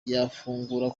yafungura